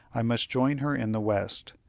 i must join her in the west,